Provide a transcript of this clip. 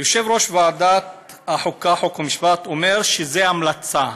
יושב-ראש ועדת החוקה, חוק ומשפט אומר שזו המלצה.